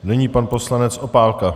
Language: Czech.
Nyní pan poslanec Opálka.